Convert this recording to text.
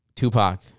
tupac